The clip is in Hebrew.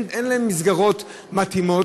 אין להם מסגרות מתאימות,